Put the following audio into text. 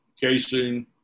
casing